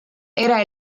era